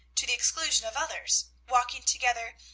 to the exclusion of others walking together,